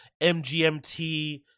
MGMT